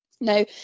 Now